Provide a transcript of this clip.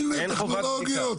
יש טכנולוגיות.